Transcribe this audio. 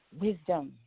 wisdom